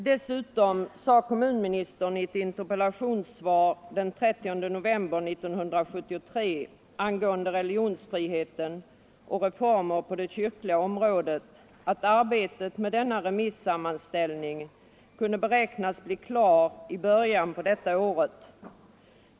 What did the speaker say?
Dessutom sade statsrådet Gustafsson i ett interpellationssvar den 30 november 1973 angående religionsfriheten och reformer på det kyrkliga området att arbetet med denna remissammanställning kunde beräknas bli klart i början av detta år.